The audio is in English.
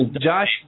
Josh